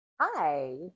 Hi